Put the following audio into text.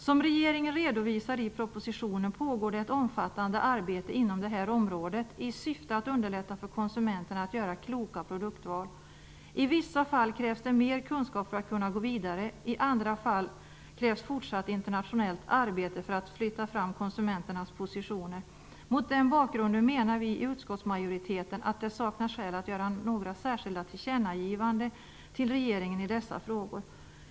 Som regeringen redovisar i propositionen pågår det ett omfattande arbete inom det här området i syfte att underlätta för konsumenterna att göra kloka produktval. I vissa fall krävs det mer kunskap för att kunna gå vidare. I andra fall krävs fortsatt internationellt arbete för att flytta fram konsumenternas positioner. Mot den bakgrunden menar vi i utskottsmajoriteten att det saknas skäl att göra några särskilda tillkännagivanden till regeringen i dessa frågor.